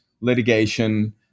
litigation